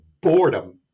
boredom